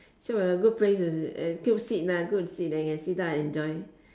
so we have good place and good seat lah good seat that you can sit down and enjoy